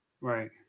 Right